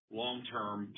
long-term